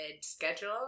schedule